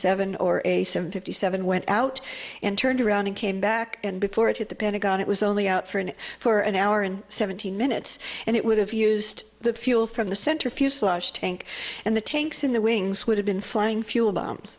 seven or a seven fifty seven went out and turned around and came back and before it hit the pentagon it was only out for an for an hour and seventeen minutes and it would have used the fuel from the center fuselage tank and the tanks in the wings would have been flying fuel bombs